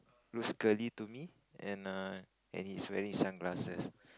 looks curly to me and err and he is wearing sunglasses